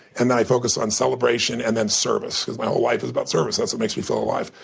and then i focus on celebration and then service because my whole life is about service. that's what makes me feel alive.